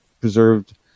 preserved